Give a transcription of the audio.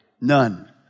None